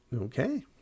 Okay